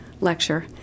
lecture